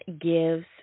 gives